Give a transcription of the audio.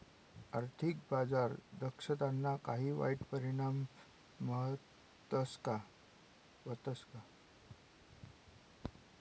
आर्थिक बाजार दक्षताना काही वाईट परिणाम व्हतस का